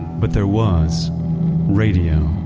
but there was radio